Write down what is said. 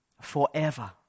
forever